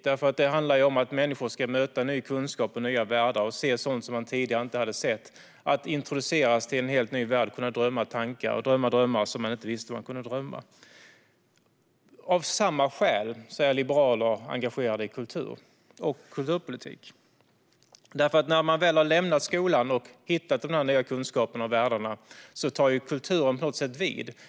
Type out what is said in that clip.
Det handlar om att människor ska möta ny kunskap och nya världar och se sådant som de tidigare inte sett. Det handlar om att introduceras i en helt ny värld, om att kunna tänka och om att kunna drömma om sådant som man inte visste att man kunde drömma om. Av samma skäl är liberaler engagerade i kultur och kulturpolitik. När man väl har lämnat skolan och hittat den nya kunskapen och de nya världarna tar kulturen på något sätt vid.